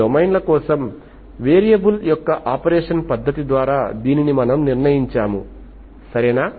కొన్ని డొమైన్ల కోసం వేరియబుల్ యొక్క ఆపరేషన్ పద్ధతి ద్వారా దీనిని మనము నిర్ణయించాము సరే